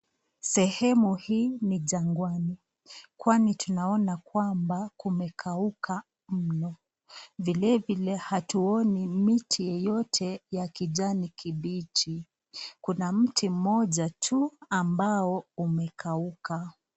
Sehemu hii ni jangwani kwani tunaona kwamba kumekauka mno, vilevile hatuoni miti yeyote ya kijani kibichi, kuna miti mmoja tu ambao umekauka.